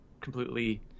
completely